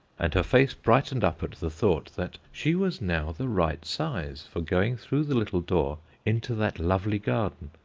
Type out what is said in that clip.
and her face brightened up at the thought that she was now the right size for going through the little door into that lovely garden.